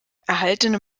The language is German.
erhaltene